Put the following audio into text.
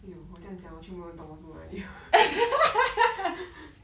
!aiyo! 我这样讲全部人都懂我什么了